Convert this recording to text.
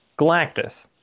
Galactus